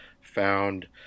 found